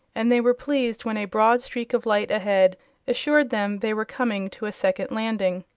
and they were pleased when a broad streak of light ahead assured them they were coming to a second landing.